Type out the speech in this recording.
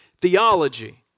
theology